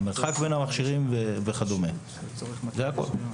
המרחק בין המכשירים וכד' - זה הכול.